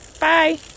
Bye